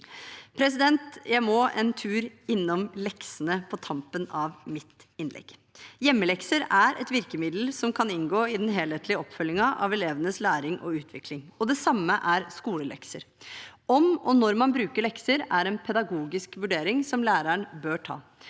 og kultur. Jeg må en tur innom leksene på tampen av mitt innlegg. Hjemmelekser er et virkemiddel som kan inngå i den helhetlige oppfølgingen av elevenes læring og utvikling, og det samme er skolelekser. Om og når man bruker lekser, er en pedagogisk vurdering som læreren bør ta.